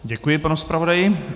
Děkuji panu zpravodaji.